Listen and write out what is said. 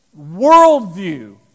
worldview